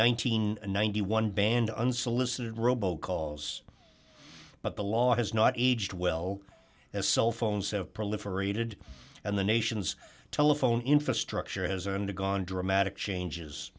and ninety one banned unsolicited robo calls but the law has not aged well as cell phones have proliferated and the nation's telephone infrastructure has undergone dramatic changes